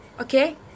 Okay